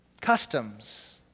customs